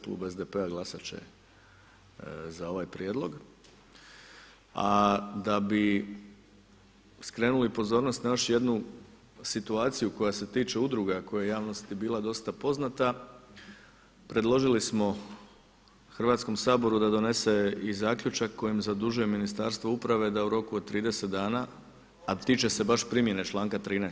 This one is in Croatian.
Klub SDP-a glasat će za ovaj prijedlog, a da bi skrenuli pozornost na još jednu situaciju koja se tiče udruga koja je javnosti bila dosta poznata predložili smo Hrvatskom saboru da donese i zaključak kojim zadužuje Ministarstvo uprave da u roku od 30 dana, a tiče se baš primjene članka 13.